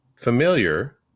familiar